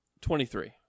Twenty-three